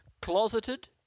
Closeted